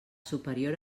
superior